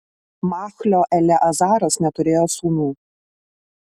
machlio eleazaras neturėjo sūnų